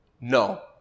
no